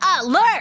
alert